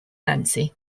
nancy